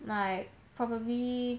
like probably